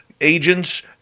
agents